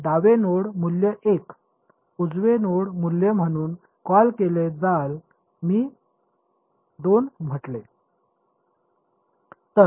डावे नोड मूल्य 1 उजवे नोड मूल्य म्हणून कॉल केले ज्याला मी 2 म्हटले